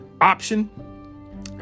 option